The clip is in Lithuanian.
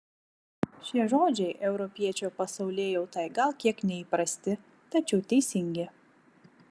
šie žodžiai europiečio pasaulėjautai gal kiek neįprasti tačiau teisingi